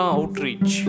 Outreach